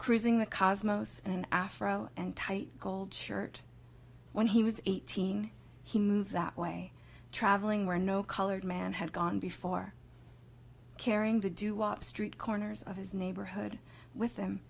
cruising the cosmos and afro and tight gold shirt when he was eighteen he moves that way traveling where no colored man had gone before carrying the doo wop street corners of his neighborhood with